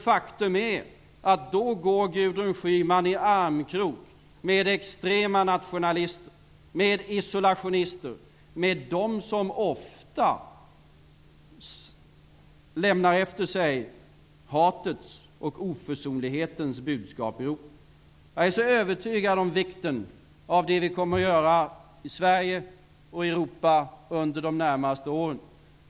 Faktum är att Gudrun Schyman går i armkrok med extrema nationalister, isolationister och de som ofta lämnar efter sig hatets och oförsonlighetens budskap i Europa. Jag är övertygad om vikten av det vi kommer att göra i Sverige och Europa under de närmaste åren.